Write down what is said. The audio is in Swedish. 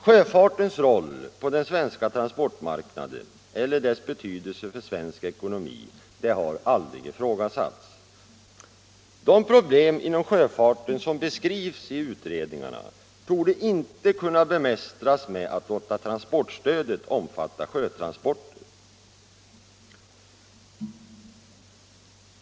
Sjöfartens roll på den svenska transportmarknaden eller dess betydelse för svensk ekonomi har aldrig ifrågasatts. De problem inom sjöfarten som beskrivs i utredningarna torde inte kunna bemästras med att man låter transportstödet även omfatta sjötransporter.